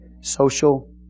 Social